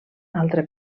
altre